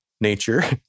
nature